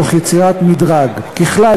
תוך יצירת מדרג: ככלל,